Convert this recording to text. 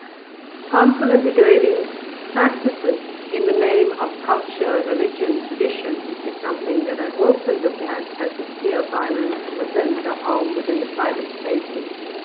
harmful and degrading practices in the name of culture, religion, tradition, is something that i also look at, as a sphere of violence within the home, within the private spaces,